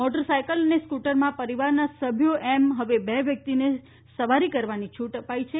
motor cycle અને સ્કૂટરમાં પરિવારના સભ્યો એમ હવે બે વ્યક્તિને સવારની છૂટ અપાઈ છે